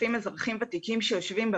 אנחנו יודעים שככל שאנשים הם מקבוצות חלשות יותר,